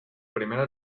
primera